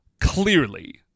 Clearly